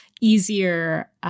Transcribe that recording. easier –